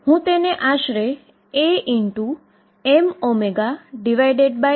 તેથીઆ એક stationary wave છે જેના ઓસ્સિલેશન માટેની ફ્રીકવન્સી E છે